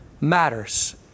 matters